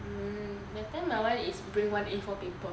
嗯 that time my [one] is bring one A four paper